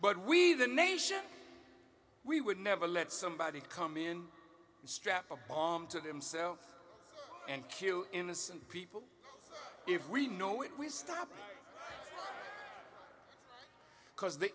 but we the nation we would never let somebody come in and strap a bomb to themselves and q innocent people if we know it we stop because the